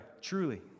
truly